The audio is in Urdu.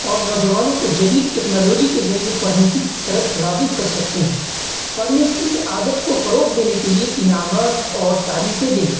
اور نوجوانوں کو جدید ٹیکنالوجی کے ذریعے پڑھنے کی طرف راغب کر سکتے ہیں پڑھنے کی عادت کو فروغ دینے کے لیے انعامات اور تعریفیں دیں